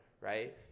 right